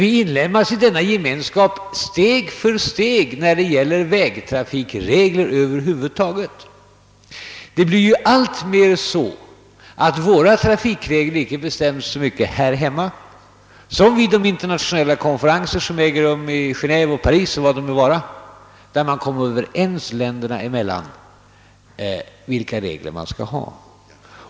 Vi inlemmas ju i denna gemenskap steg för steg när det gäller vägtrafikregler över huvud taget. Det blir mer och mer så att våra trafikregler inte bestämmes så mycket här hemma som vid de internationella konferenser som äger rum i Genéve, Paris och annorstädes, vid vilka man kommer överens länderna emellan om vilka regler man skall ha.